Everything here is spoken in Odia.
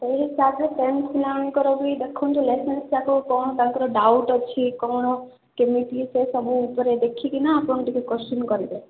ଏହି ହିସାବରେ ଟେନ୍ଥ ପିଲାମାନଙ୍କର ବି ଦେଖନ୍ତୁ ଲେସନ୍ସ୍ ଯାକ କ'ଣ ତାଙ୍କର ଡାଉଟ୍ ଅଛି କ'ଣ କେମିତି ସେସବୁ ଉପରେ ଦେଖିକି ନା ଆପଣ ଟିକେ କୋଶ୍ଚିନ୍ କରିବେ